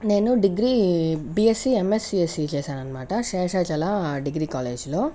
నేను degree BSc ఎంఎస్సీఎస్సీ చేశాననమాట శేషాచల డిగ్రీ కాలేజ్లో